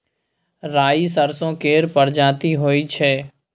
राई सरसो केर परजाती होई छै